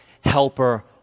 helper